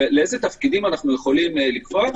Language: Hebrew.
ואיזה תפקידים אפשר לקבוע.